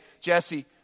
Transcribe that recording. Jesse